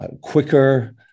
quicker